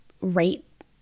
rate